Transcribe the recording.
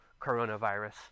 coronavirus